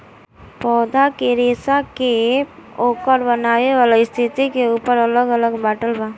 पौधा के रेसा के ओकर बनेवाला स्थिति के ऊपर अलग अलग बाटल बा